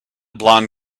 blond